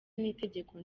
n’itegeko